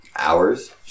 Hours